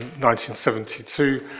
1972